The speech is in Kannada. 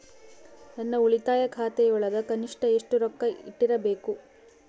ನನ್ನ ಉಳಿತಾಯ ಖಾತೆಯೊಳಗ ಕನಿಷ್ಟ ಎಷ್ಟು ರೊಕ್ಕ ಇಟ್ಟಿರಬೇಕು?